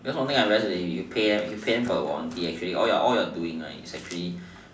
because something I realised is that you pay you pay them for a warranty all you're doing right is actually